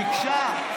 ביקשה.